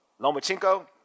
Lomachenko